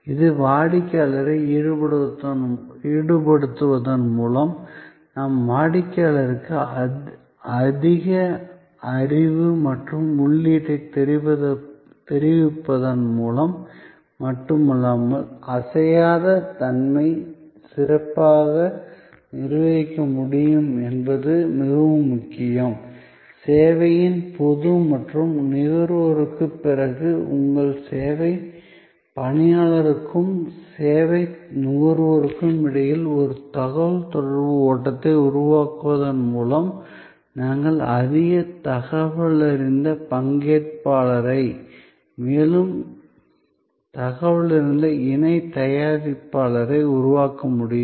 இது வாடிக்கையாளரை ஈடுபடுத்துவதன் மூலம் நாம் வாடிக்கையாளருக்கு அதிக அறிவு மற்றும் உள்ளீட்டைத் தெரிவிப்பதன் மூலம் மட்டுமல்லாமல் அசையாத் தன்மையை சிறப்பாக நிர்வகிக்க முடியும் என்பது மிகவும் முக்கியம் சேவையின் போது மற்றும் அதற்குப் பிறகு உங்கள் சேவை பணியாளர்களுக்கும் சேவை நுகர்வோருக்கும் இடையில் ஒரு தகவல்தொடர்பு ஓட்டத்தை உருவாக்குவதன் மூலம் நாங்கள் அதிக தகவலறிந்த பங்கேற்பாளரை மேலும் தகவலறிந்த இணை தயாரிப்பாளரை உருவாக்க முடியும்